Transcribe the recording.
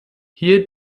hier